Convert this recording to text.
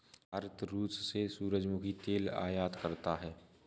भारत रूस से सूरजमुखी तेल आयात करता हैं